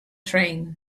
train